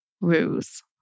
ruse